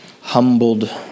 humbled